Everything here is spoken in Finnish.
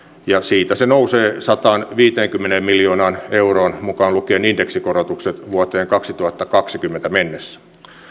ja siitä se nousee sataanviiteenkymmeneen miljoonaan euroon mukaan lukien indeksikorotukset vuoteen kaksituhattakaksikymmentä mennessä